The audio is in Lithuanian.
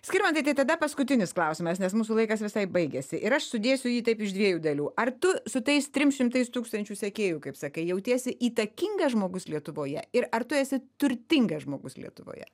skirmantai tai tada paskutinis klausimas nes mūsų laikas visai baigiasi ir aš sudėsiu jį taip iš dviejų dalių ar tu su tais trim šimtais tūkstančių sekėjų kaip sakai jautiesi įtakingas žmogus lietuvoje ir ar tu esi turtingas žmogus lietuvoje